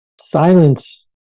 silence